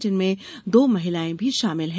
जिनमें दो महिलाएं भी शामिल है